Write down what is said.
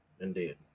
Indeed